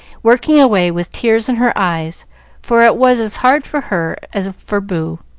working away with tears in her eyes for it was as hard for her as for boo